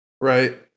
right